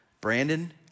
Brandon